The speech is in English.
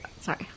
Sorry